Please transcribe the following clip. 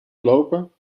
slopen